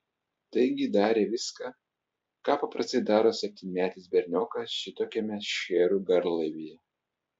taigi darė viską ką paprastai daro septynmetis berniokas šitokiame šcherų garlaivyje